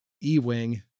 Ewing